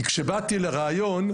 כי כשבאתיי לראיון,